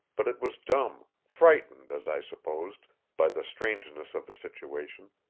but it was dumb frightened, as i supposed, by the strangeness of the situation,